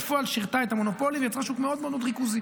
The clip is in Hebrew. בפועל היא שירתה את המונופולים ויצרה שוק מאוד מאוד ריכוזי.